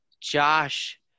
Josh